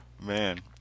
man